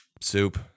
Soup